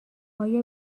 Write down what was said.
ایا